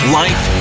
life